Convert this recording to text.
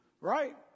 right